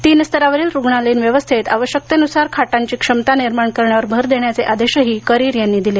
तीन स्तरावरील रुग्णालयीन व्यवस्थेत आवश्यकतेनुसार खाटांची क्षमता निर्माण करण्यावर भर देण्याचे आदेशही करीर यांनी दिले